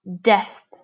death